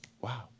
wow